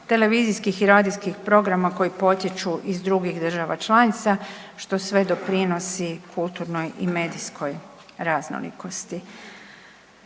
televizijskih i radijskih programa koji potječu iz drugih država članica što sve doprinosi kulturnoj i medijskoj raznolikosti.